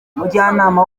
mujyanama